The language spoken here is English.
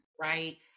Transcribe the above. right